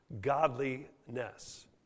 Godliness